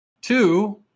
two